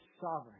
sovereign